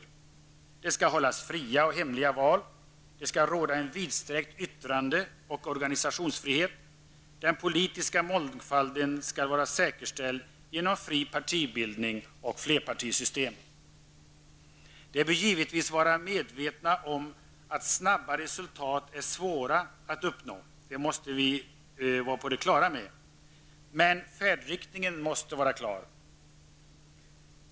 Dit hör bl.a. att det skall hållas fria och hemliga val, att det skall råda en vidsträckt yttrande och organisationsfrihet samt att den politiska mångfalden skall vara säkerställd genom fri partibildning och flerpartisystem. Vi bör givetvis vara medvetna om att snabba resultat är svåra att uppnå, men färdriktningen måste vara klar.